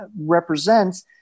represents